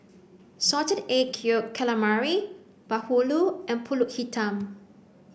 Salted Egg Yolk Calamari Bahulu and Pulut Hitam